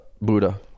buddha